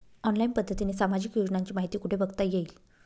Online पद्धतीने सामाजिक योजनांची माहिती कुठे बघता येईल?